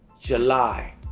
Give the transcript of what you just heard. July